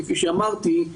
כפי שאמרתי,